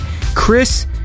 Chris